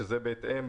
שזה בהתאם,